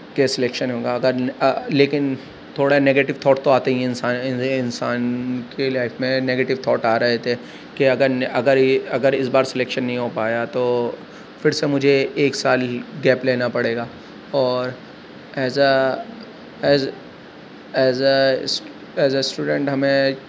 کہ سلیکشن ہوگا اگر لیکن تھوڑا نیگیٹیو تھاٹ تو آتے ہی ہیں انسان انسان کے لائف میں نیگیٹیو تھاٹ آ رہے تھے کہ اگر اگر یہ اگر اس بار سلیکشن نہیں ہو پایا تو پھر سے مجھے ایک سال گیپ لینا پڑے گا اور as a as as a as as a student ہمیں